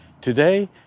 Today